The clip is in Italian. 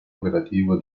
operativo